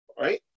Right